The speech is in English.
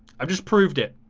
i just proved it.